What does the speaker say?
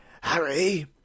Harry